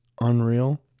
unreal